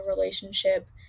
relationship